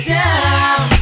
down